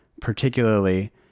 particularly